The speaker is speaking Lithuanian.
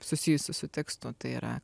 susijusi su tekstu tai yra